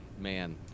man